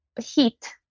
heat